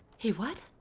he what?